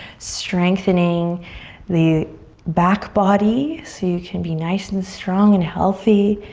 strengthening the back body so you can be nice and strong and healthy.